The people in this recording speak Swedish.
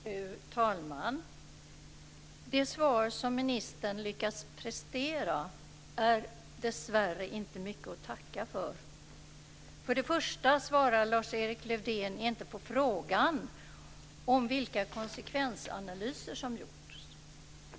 Fru talman! Det svar som ministern lyckats prestera är dessvärre inte mycket att tacka för. För det första svarar Lars-Erik Lövdén inte på frågan om vilka konsekvensanalyser som gjorts.